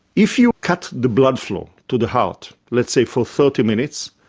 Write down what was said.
if you cut the blood flow to the heart, let's say for thirty minutes,